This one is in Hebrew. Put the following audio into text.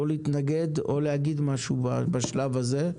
או להתנגד או להגיד משהו בשלב הזה.